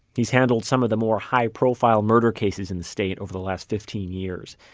he's handled some of the more high-profile murder cases in the state over the last fifteen years.